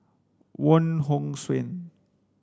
Wong Hong Suen